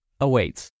awaits